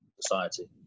society